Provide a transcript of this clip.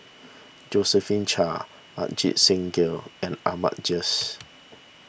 Josephine Chia Ajit Singh Gill and Ahmad Jais